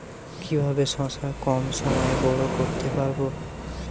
কিভাবে শশা কম সময়ে বড় করতে পারব?